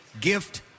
gift